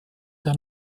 der